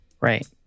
Right